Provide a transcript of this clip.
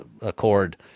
Accord